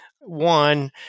One